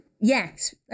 Yes